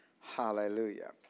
Hallelujah